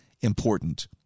important